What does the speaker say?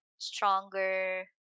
stronger